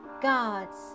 God's